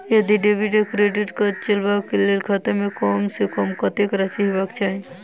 यदि डेबिट वा credit card चलबाक कऽ लेल खाता मे कम सऽ कम कत्तेक राशि हेबाक चाहि?